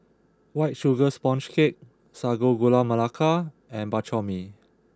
White Sugar Sponge Cake Sago Gula Melaka and Bak Chor Mee